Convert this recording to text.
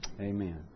Amen